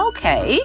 Okay